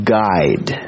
guide